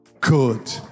good